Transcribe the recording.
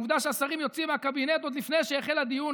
העובדה שהשרים יוצאים מהקבינט עוד לפני שהחל הדיון,